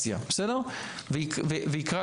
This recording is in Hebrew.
כשאנחנו רושמים שלושה,